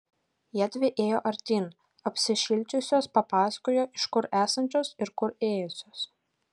jiedvi ėjo artyn apsišildžiusios papasakojo iš kur esančios ir kur ėjusios